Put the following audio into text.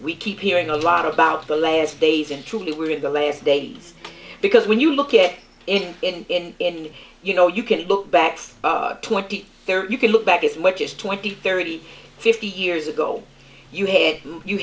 we keep hearing a lot about the last days and truly we are in the last days because when you look at it and you know you can look back twenty you can look back as much as twenty thirty fifty years ago you had you